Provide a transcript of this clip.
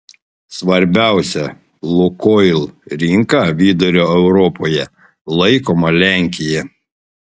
svarbiausia lukoil rinka vidurio europoje laikoma lenkija